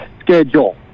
schedule